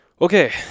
Okay